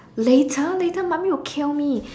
later later mommy will kill me